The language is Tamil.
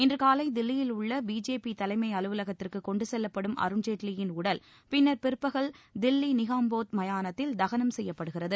இன்று காலை தில்லியில் உள்ள பிஜேபி தலைமை அலுவலகத்திற்கு கொண்டு செல்லப்படும் அருண்ஜேட்லியின் உடல் பின்னர் பிற்பகல் தில்லி நிகாம்போத் மயானத்தில் தகனம் செய்யப்படுகிறது